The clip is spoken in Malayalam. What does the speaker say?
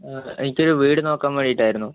ആ എനിക്ക് ഒരു വീട് നോക്കാൻ വേണ്ടിയിട്ടായിരുന്നു